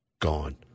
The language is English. gone